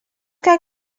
que